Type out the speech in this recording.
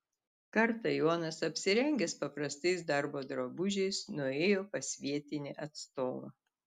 kartą jonas apsirengęs paprastais darbo drabužiais nuėjo pas vietinį atstovą